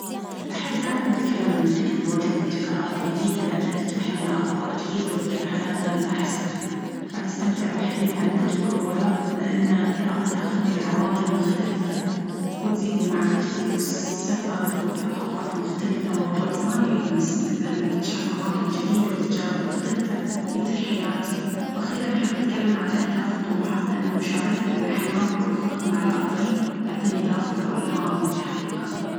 أحب دايمًا أتكلم عن التكنولوجيا والابتكارات اليديدة، لأنها تفتح لنا آفاق جديدة وتغير حياتنا للأحسن. بعد، أستمتع بالحديث عن الكتب والروايات، لأن القراءة تاخذني لعوالم مختلفة وتزيد من معرفتي. والسفر والثقافات المختلفة موضوع ثاني يحمسني، لأن اكتشاف أماكن جديدة وتجارب مختلفة يثري حياتي. وأخيرًا، أحب أتكلم عن الأهداف والطموحات، لأن مشاركة الأحلام والخطط مع الآخرين يعطيني دافع وإلهام لتحقيقها.